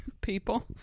people